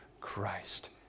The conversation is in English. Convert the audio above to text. Christ